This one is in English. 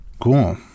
Cool